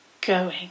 going